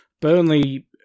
Burnley